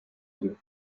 deux